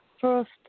first